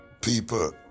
People